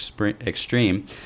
extreme